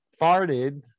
Farted